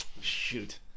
Shoot